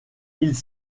ils